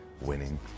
winning